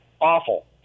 awful